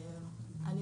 אני.